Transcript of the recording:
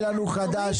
חדש